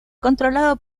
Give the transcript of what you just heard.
controlado